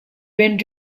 went